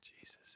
Jesus